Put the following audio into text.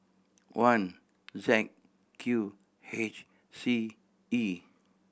one Z Q H C E